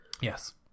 Yes